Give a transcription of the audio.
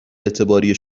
اعتباری